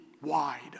wide